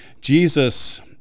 Jesus